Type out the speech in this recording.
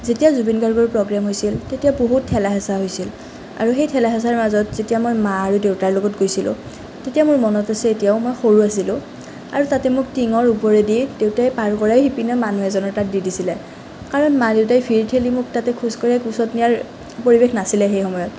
যেতিয়া জুবিন গাৰ্গৰ প্ৰগ্ৰেম হৈছিল তেতিয়া বহুত ঠেলা হেঁচা হৈছিল আৰু সেই ঠেলা হেঁচাৰ মাজৰ যেতিয়া মই মা আৰু দেউতাৰ লগত গৈছিলোঁ তেতিয়া মোৰ মনত আছে এতিয়াও মই সৰু আছিলোঁ আৰু তাতে মোক টিঙৰ ওপৰেদি দেউতাই পাৰ কৰাই সিপিনলে মানুহ এজনৰ তাত দি দিছিলে কাৰণ মা দেউতাই ভিৰ ঠেলি মোক তাতে খোজকঢ়াই কোচত নিয়াৰ পৰিৱেশ নাছিলে সেই সময়ত